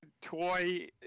toy